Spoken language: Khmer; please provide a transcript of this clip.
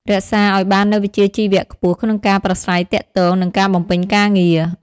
រក្សាអោយបាននូវវិជ្ជាជីវៈខ្ពស់ក្នុងការប្រាស្រ័យទាក់ទង និងការបំពេញការងារ។